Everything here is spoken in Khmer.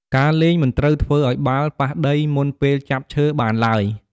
ការលេងមិនត្រូវធ្វើឲ្យបាល់ប៉ះដីមុនពេលចាប់ឈើបានទ្បើយ។